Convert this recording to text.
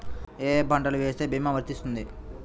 ఏ ఏ పంటలు వేస్తే భీమా వర్తిస్తుంది?